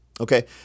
okay